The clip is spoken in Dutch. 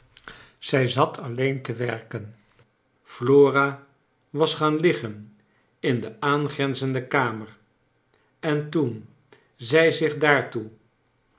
zij zat alleen te werken flora was gaan liggen in de aangrenzende kamer en toen zij zich daartoe